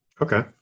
Okay